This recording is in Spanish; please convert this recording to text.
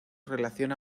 relación